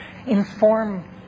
Inform